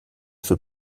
für